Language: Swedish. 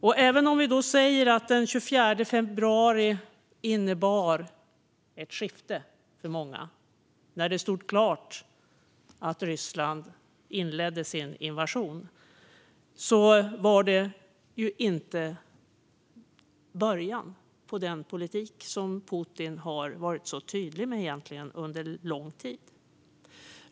Även om vi säger att den 24 februari innebar ett skifte för många, när det stod klart att Ryssland inledde sin invasion, var det inte början på den politik som Putin egentligen har varit så tydlig med under lång tid.